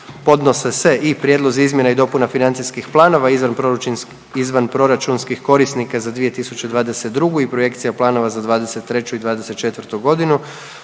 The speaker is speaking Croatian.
podnose se i Prijedlozi izmjena i dopuna financijskih planova izvanproračunskih korisnika za 2022. i projekcija planova za 2023. i 2024. godinu